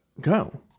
go